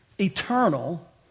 eternal